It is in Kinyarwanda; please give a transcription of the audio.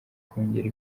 kongera